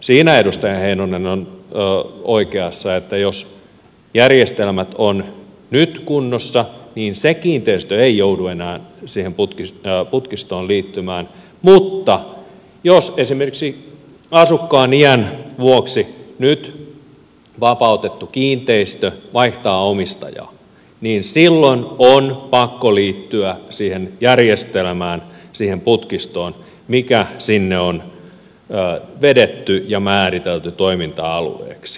siinä edustaja heinonen on oikeassa että jos järjestelmät ovat nyt kunnossa niin se kiinteistö ei joudu enää siihen putkistoon liittymään mutta jos esimerkiksi asukkaan iän vuoksi nyt vapautettu kiinteistö vaihtaa omistajaa niin silloin on pakko liittyä siihen järjestelmään siihen putkistoon mikä sinne on vedetty ja määritelty toiminta alueeksi